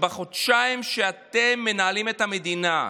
שבחודשיים שאתם מנהלים את המדינה,